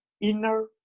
inner